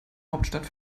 hauptstadt